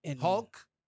Hulk